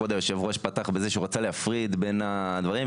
כבוד היושב-ראש פתח בזה שהוא רוצה להפריד בין הדברים,